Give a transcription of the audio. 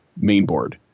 mainboard